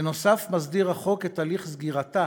בנוסף, החוק מסדיר את הליך סגירתה